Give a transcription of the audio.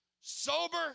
sober